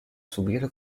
subire